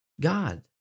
God